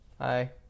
hi